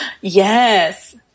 Yes